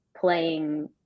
playing